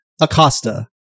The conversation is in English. Acosta